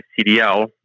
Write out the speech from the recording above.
CDL